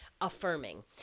affirming